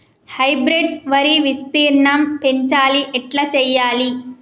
Hybrid వరి విస్తీర్ణం పెంచాలి ఎట్ల చెయ్యాలి?